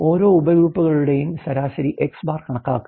ഈ ഓരോ ഉപഗ്രൂപ്പുകളുടെയും ശരാശരി X̄ കണക്കാക്കുക